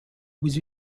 was